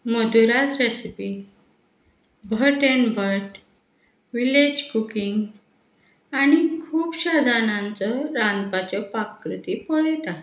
Madhuraj recipe Bhat and Bhat village cooking आनी खुबश्या जाणांच्यो रांदपाच्यो पाककृती पळयतां